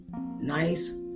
nice